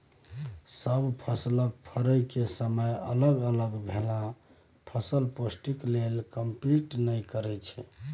सब फसलक फरय केर समय अलग अलग भेलासँ फसल पौष्टिक लेल कंपीट नहि करय छै